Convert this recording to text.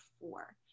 four